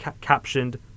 captioned